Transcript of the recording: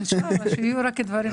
אינשאללה, שיהיו רק דברים טובים.